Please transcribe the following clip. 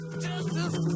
Justice